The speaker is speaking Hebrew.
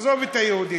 עזוב את היהודית.